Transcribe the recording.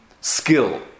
skill